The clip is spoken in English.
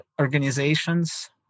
organizations